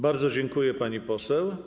Bardzo dziękuję, pani poseł.